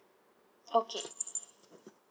okay